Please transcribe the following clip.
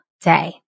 day